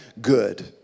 good